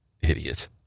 Idiot